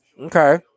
Okay